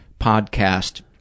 podcast